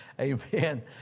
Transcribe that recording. Amen